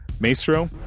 Maestro